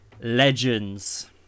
legends